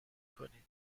کنید